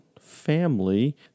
family